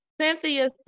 Cynthia